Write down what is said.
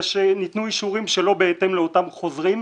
ניתנו אישורים שלא בהתאם לאותם חוזרים.